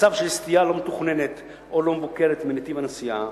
מצב של סטייה לא מתוכננת או לא מבוקרת מנתיב הנסיעה,